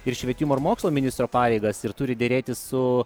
ir švietimo ir mokslo ministro pareigas ir turi derėtis su